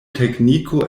tekniko